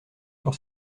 sur